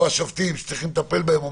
או השופטים שצריכים לטפל בהם,